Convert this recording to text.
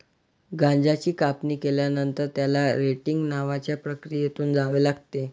गांजाची कापणी केल्यानंतर, त्याला रेटिंग नावाच्या प्रक्रियेतून जावे लागते